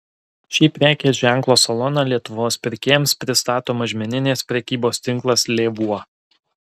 šį prekės ženklo saloną lietuvos pirkėjams pristato mažmeninės prekybos tinklas lėvuo